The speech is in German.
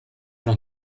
noch